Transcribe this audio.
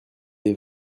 est